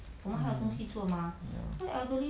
mm ya